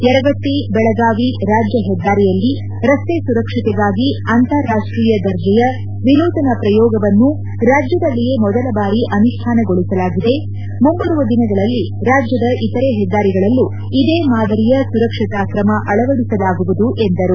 ಯರಗಟ್ಟಿ ಬೆಳಗಾವಿ ರಾಜ್ಯ ಹೆದ್ದಾರಿಯಲ್ಲಿ ರಸ್ತೆ ಸುರಕ್ಷತೆಗಾಗಿ ಆಂತಾರಾಷ್ಟೀಯ ದರ್ಜೆಯ ವಿನೂತನ ಪ್ರಯೋಗವನ್ನು ರಾಜ್ಯದಲ್ಲಿಯೇ ಮೊದಲ ಬಾರಿ ಅನುಷ್ಠಾನಗೊಳಿಸಲಾಗಿದೆ ಮುಂಬರುವ ದಿನಗಳಲ್ಲಿ ರಾಜ್ಯದ ಇತರೆ ಹೆದ್ದಾರಿಗಳಲ್ಲೂ ಇದೇ ಮಾದರಿಯ ಸುರಕ್ಷತಾ ಕ್ರಮ ಅಳವಡಿಸಲಾಗುವುದು ಎಂದರು